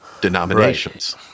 denominations